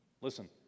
listen